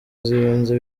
z’ibanze